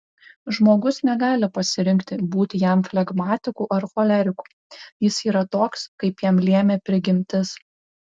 žmogus negali pasirinkti būti jam flegmatiku ar choleriku jis yra toks kaip jam lėmė prigimtis